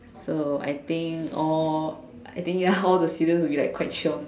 so I think all I think ya all the seniors will be like quite chiong